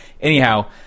Anyhow